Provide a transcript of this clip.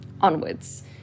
onwards